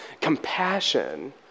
compassion